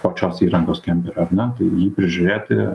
pačios įrangos kemperio ar ne tai jį prižiūrėti